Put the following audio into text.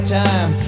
time